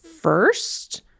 first